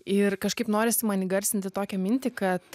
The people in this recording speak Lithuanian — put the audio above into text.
ir kažkaip norisi man įgarsinti tokią mintį kad